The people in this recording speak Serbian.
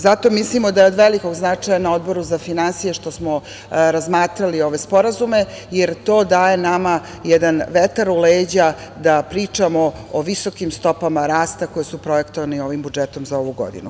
Zato mislimo da je od velikog značaja na Odboru za finansije, što smo razmatrali ove sporazume, jer to daje nama jedan vetar u leđa da pričamo o visokom stopama rasta koje su projektovane ovim budžetom za ovu godinu.